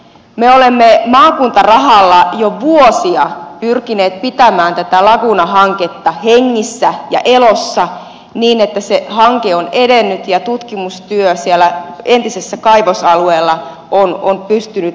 me olemme maakuntarahalla jo vuosia pyrkineet pitämään tätä laguna hanketta hengissä ja elossa niin että se hanke on edennyt ja tutkimustyö siellä entisellä kaivosalueella on pystynyt jatkumaan